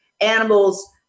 animals